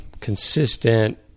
consistent